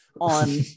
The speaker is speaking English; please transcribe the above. on